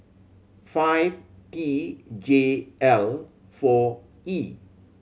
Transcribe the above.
five T J L four E